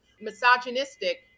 misogynistic